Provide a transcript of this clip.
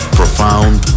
profound